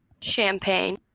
champagne